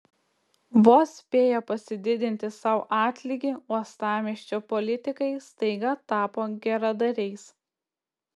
vos spėję pasididinti sau atlygį uostamiesčio politikai staiga tapo geradariais